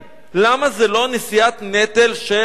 למה זו לא נשיאת נטל של האוצר?